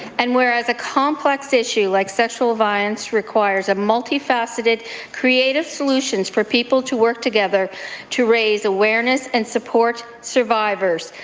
and whereas a complex issue like sexual violence requires a faulty faceted creative solution for people to work together to raise awareness and support survivors.